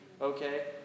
okay